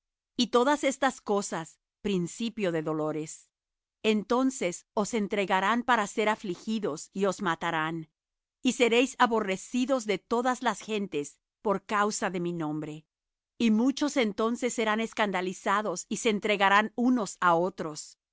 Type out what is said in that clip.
y todas estas cosas principio de dolores entonces os entregarán para ser afligidos y os matarán y seréis aborrecidos de todas las gentes por causa de mi nombre y muchos entonces serán escandalizados y se entregarán unos á otros